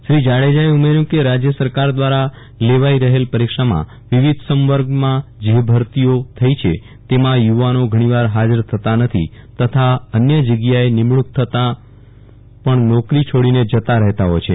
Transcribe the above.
શ્રી જાડેજાએ ઉમેર્યું કે રાજ્ય સરકાર દ્વારા લેવાઇ રહેલ પરીક્ષામાં વિવિધ સંવર્ગમાં જે ભરતીઓ થઇ છે તેમાં યુવાનો ઘણી વાર હાજર થતા નથી તથા અન્ય જગ્યાએ નિમણૂક થતાં પણ નોકરી છોડીને જતા રહેતા હોય છે